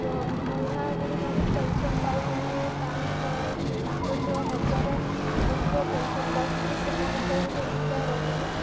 ବୁଢ଼ା ବୁଢ଼ୀ ମାନେ ପେନ୍ସନ୍ ପାଉଛନ୍ତି ପାଞ୍ଚଶହ ସାତଶହ ହଜାର ଏମିତି ସବୁ ପେନ୍ସନ୍ ପାଉଛନ୍ତି ସେମାନଙ୍କର କିଛି ଅସୁବିଧା ରହୁନି